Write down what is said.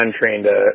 untrained